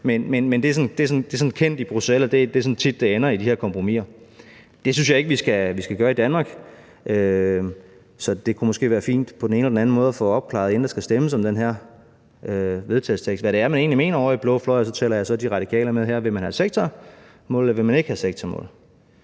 men det er kendt i Bruxelles, at det tit er sådan, det ender i de her kompromiser. Det synes jeg ikke vi skal gøre i Danmark. Så det kunne måske være fint på den ene eller den anden måde at få opklaret, inden der skal stemmes om det her forslag til vedtagelse, hvad det egentlig er, man mener ovre i blå fløj, og så tæller jeg De Radikale med her: Vil man have sektormål, eller vil man ikke have sektormål?